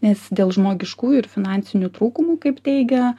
nes dėl žmogiškųjų ir finansinių trūkumų kaip teigia